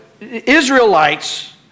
Israelites